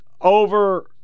over